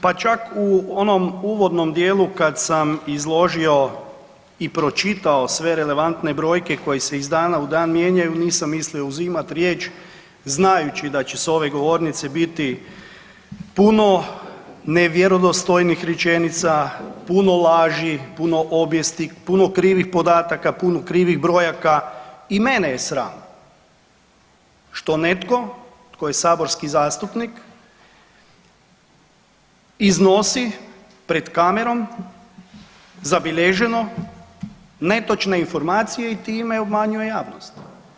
Pa čak u onom uvodnom dijelu kad sam izložio i pročitao sve relevantne brojke koje se iz dana u dan mijenjaju, nisam mislio uzimati riječ znajući da će s ove govornice biti puno nevjerodostojnih rečenica, puno laži, puno objesti, puno krivih podataka, puno krivih brojaka i mene je sram što netko tko je saborski zastupnik iznosi pred kamerom, zabilježeno netočne informacije i time obmanjuje javnost.